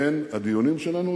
בין הדיונים שלנו